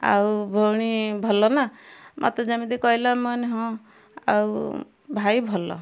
ଆଉ ଭଉଣୀ ଭଲ ନା ମତେ ଯେମିତି କହିଲା ମୁଁ କହିନି ହଁ ଆଉ ଭାଇ ଭଲ